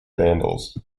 vandals